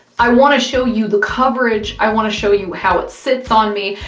i want to show you the coverage, i want to show you how it sits on me,